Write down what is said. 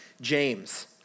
James